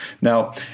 Now